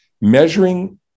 Measuring